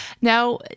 Now